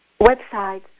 website